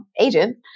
agent